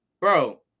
Bro